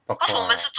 talk cock ah